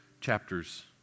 chapters